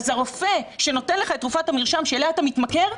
הרופא שנותן לך את תרופת המרשם שלה אתה מתמכר,